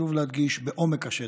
חשוב להדגיש, בעומק השטח,